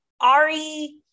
Ari